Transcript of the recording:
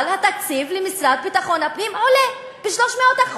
אבל התקציב למשרד ביטחון הפנים עולה, ב-300%,